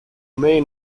may